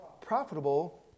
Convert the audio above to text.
Profitable